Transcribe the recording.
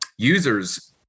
users